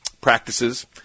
practices